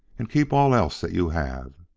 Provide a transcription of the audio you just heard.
and keep all else that you have.